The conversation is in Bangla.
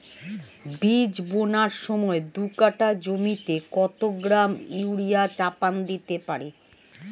বীজ বোনার সময় দু কাঠা জমিতে কত গ্রাম ইউরিয়া চাপান দিতে পারি?